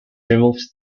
removes